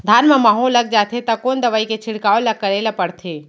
धान म माहो लग जाथे त कोन दवई के छिड़काव ल करे ल पड़थे?